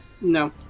No